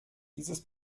dieses